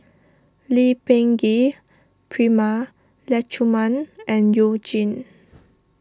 Lee Peh Gee Prema Letchumanan and You Jin